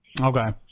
Okay